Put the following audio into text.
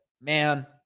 man